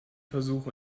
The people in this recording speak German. versuch